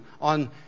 on